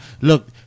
Look